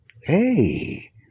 Hey